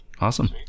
Awesome